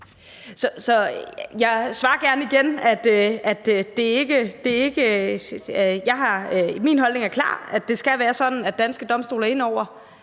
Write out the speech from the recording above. Jeg svarer gerne igen, at min holdning er klar: Det skal være sådan, at danske domstole er inde over,